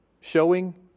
Showing